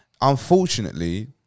Unfortunately